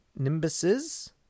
Nimbuses